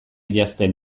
janzten